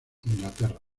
inglaterra